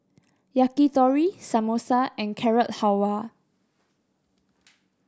Yakitori Samosa and Carrot Halwa